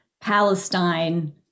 Palestine